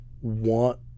want –